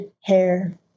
hair